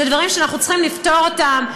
אלה דברים שאנחנו צריכים לפתור אותם.